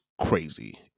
crazy